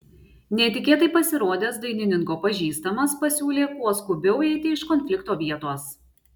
netikėtai pasirodęs dainininko pažįstamas pasiūlė kuo skubiau eiti iš konflikto vietos